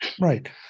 right